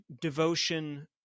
devotion